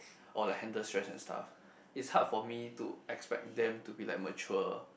or like handle stress and stuff it's hard for me to expect them to be like mature